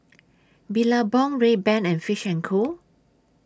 Billabong Rayban and Fish and Co